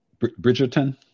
Bridgerton